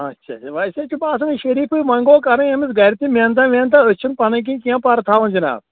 اچھا ویسے چھُ باسان شریٖفٕے وۅنۍ گوٚو کرٕنۍ أمِس گرِ تہِ محنتاہ وحنتاہ أسۍ چھِنہٕ پنٕنی کِنۍ کیٚنٛہہ پرٕ تھاوان جناب